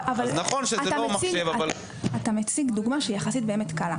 אתה מציג דוגמה שיחסית היא קלה.